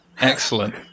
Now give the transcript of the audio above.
Excellent